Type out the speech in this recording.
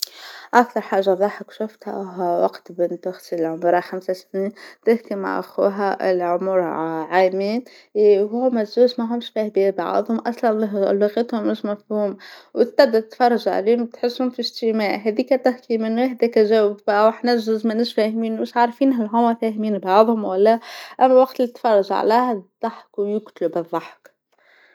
أكثر حاجة تضحك شفتها وقت بنت أختي اللي عمرها خمس سنين تحكى مع أخوها اللي عمره عامين، وهو مجاش مهوش فهياد يعظم أصلا لغتهم مش مفهوم وأنت تفرج عليهم وتحسهم في إجتماع هاديكا تحكي منو حداكا جاوب تاوح وحنا الجوز ماناش فاهمين مش عارفين هل هما فاهمين بعظهم ولا الوقت اللي تتفرج عليها تضحك يقتلوا من الضحك.